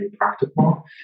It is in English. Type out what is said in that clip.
practical